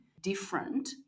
different